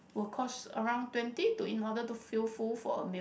will cost around twenty to in order to feel full for a meal